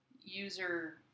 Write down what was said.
user